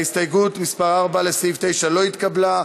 הסתייגות מס' (4) לסעיף 9 לא התקבלה.